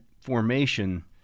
formation